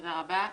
תודה רבה.